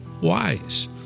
wise